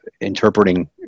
interpreting